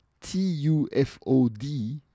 T-U-F-O-D